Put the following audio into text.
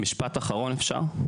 משפט אחרון אפשר?